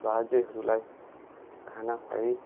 बाजेहरूलाई खाना खुवाई